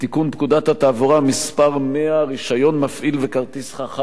פקודת התעבורה (מס' 100) (רשיון מפעיל וכרטיס חכם),